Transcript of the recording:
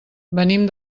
venim